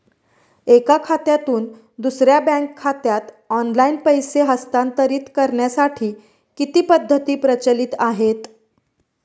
एका खात्यातून दुसऱ्या बँक खात्यात ऑनलाइन पैसे हस्तांतरित करण्यासाठी किती पद्धती प्रचलित आहेत?